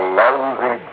lousy